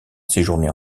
séjourné